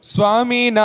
Swami